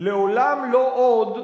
"לעולם לא עוד",